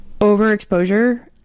overexposure